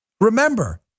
Remember